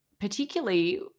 particularly